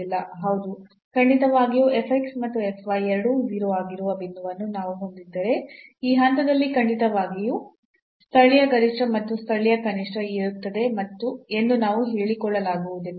ಹೌದು ಖಂಡಿತವಾಗಿಯೂ ಮತ್ತು ಎರಡೂ 0 ಆಗಿರುವ ಬಿಂದುವನ್ನು ನಾವು ಹೊಂದಿದ್ದರೆ ಈ ಹಂತದಲ್ಲಿ ಖಂಡಿತವಾಗಿಯೂ ಸ್ಥಳೀಯ ಗರಿಷ್ಠ ಅಥವಾ ಸ್ಥಳೀಯ ಕನಿಷ್ಠ ಇರುತ್ತದೆ ಎಂದು ನಾವು ಹೇಳಿಕೊಳ್ಳಲಾಗುವುದಿಲ್ಲ